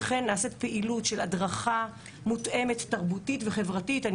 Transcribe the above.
וכן נעשית פעילות של הדרכה מותאמת תרבותית וחברתית עם